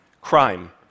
crime